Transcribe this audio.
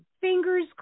fingers